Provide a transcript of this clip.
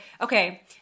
okay